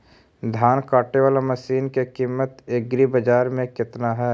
धान काटे बाला मशिन के किमत एग्रीबाजार मे कितना है?